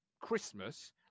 Christmas